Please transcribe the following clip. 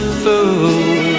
fool